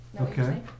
Okay